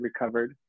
recovered